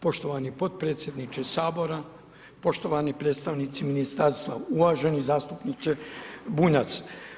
Poštovani potpredsjedniče Sabora, poštovani predstavnici ministarstva, uvaženi zastupniče Bunjac.